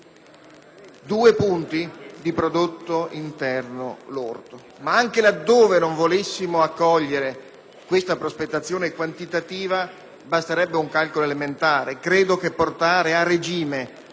due punti di prodotto interno lordo. Ma anche laddove non volessimo accogliere questa prospettazione quantitativa, basterebbe un calcolo elementare: credo che portare a regime